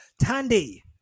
Tandy